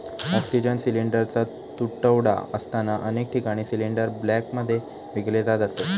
oxygen सिलिंडरचा तुटवडा असताना अनेक ठिकाणी सिलिंडर ब्लॅकमध्ये विकले जात असत